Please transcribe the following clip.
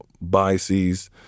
biases